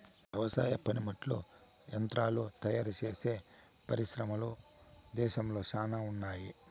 వ్యవసాయ పనిముట్లు యంత్రాలు తయారుచేసే పరిశ్రమలు దేశంలో శ్యానా ఉన్నాయి